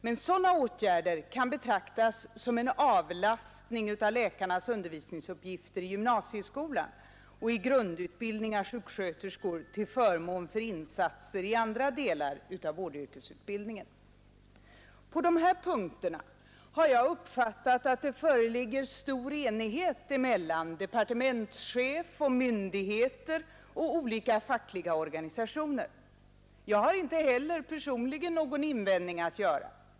Men sådana åtgärder kan betraktas som en avlastning av läkarnas undervisningsuppgifter i gymnasieskolan och i grundutbildningen av sjuksköterskor till förmån för insatser i andra delar av vårdyrkesutbildningen. På dessa punkter har jag uppfattat att det föreligger stor enighet mellan departementschef, myndigheter och olika fackliga organisationer. Jag har inte heller personligen någon invändning att göra.